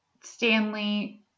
Stanley